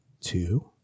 two